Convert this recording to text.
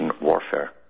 warfare